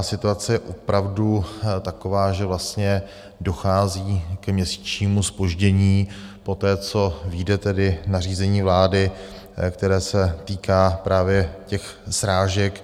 Situace je opravdu taková, že vlastně dochází k měsíčnímu zpoždění poté, co vyjde nařízení vlády, které se týká právě těch srážek.